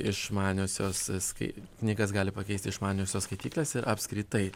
išmaniosios skai knygas gali pakeisti išmaniosios skaityklės ir apskritai